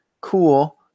cool